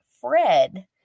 Fred